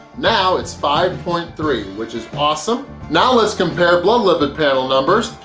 now, it's five point three, which is awesome! now let's compare blood lipid panel numbers.